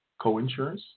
coinsurance